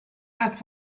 hat